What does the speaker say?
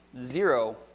zero